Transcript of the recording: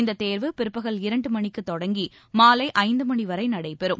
இந்தத் தேர்வு பிற்பகல் இரண்டு மணிக்குத் தொடங்கி மாலை ஐந்துமணிவரை நடைபெறும்